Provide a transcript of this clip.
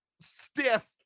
stiff